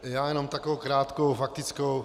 Já jenom takovou krátkou faktickou.